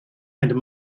and